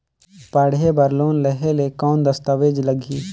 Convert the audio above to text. पढ़े बर लोन लहे ले कौन दस्तावेज लगही?